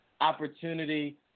opportunity